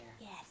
Yes